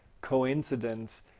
coincidence